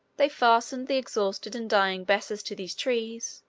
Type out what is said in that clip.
they fastened the exhausted and dying bessus to these trees,